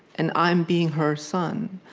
and i'm, being her son,